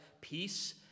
peace